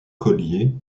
collier